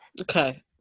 Okay